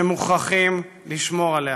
שמוכרחים לשמור עליה,